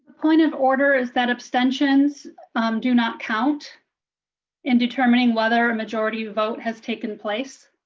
point of order is that abstentions do not count in determining whether a majority vote has taken place.